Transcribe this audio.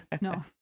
No